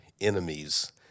enemies